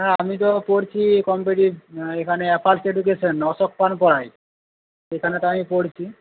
হ্যাঁ আমি তো পড়ছি কম্পিটিটিভ এখানে এপাক্স এডুকেশন পড়ায় সেখানে তো আমি পড়ছি